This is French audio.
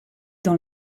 dans